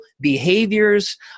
behaviors